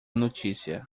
notícia